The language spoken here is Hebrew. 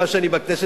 מאז אני בכנסת,